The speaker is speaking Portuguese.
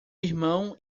irmão